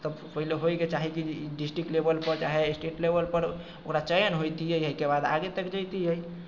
तब पहिले होइके चाही कि डिस्ट्रिक्ट लेवलपर चाहे स्टेट लेवलपर ओकरा चयन होइतियै ओहिके बाद आगे तक जइतियै